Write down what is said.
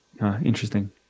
Interesting